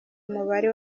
umubare